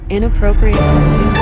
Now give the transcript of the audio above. Inappropriate